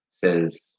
says